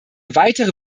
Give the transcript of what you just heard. weitere